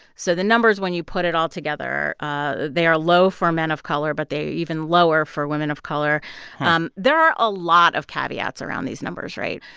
so the numbers, when you put it all together ah they are low for men of color, but they are even lower for women of color um there are a lot of caveats around these numbers, right?